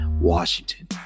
Washington